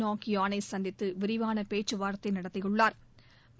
knock யோனை சந்தித்து விரிவான பேச்சுவாா்த்தை நடத்தியுள்ளாா்